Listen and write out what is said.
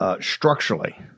Structurally